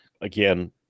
again